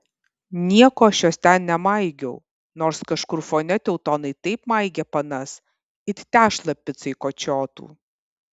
nieko aš jos ten nemaigiau nors kažkur fone teutonai taip maigė panas it tešlą picai kočiotų